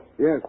Yes